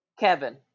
Kevin